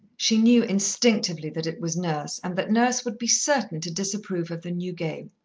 she knew instinctively that it was nurse, and that nurse would be certain to disapprove of the new game.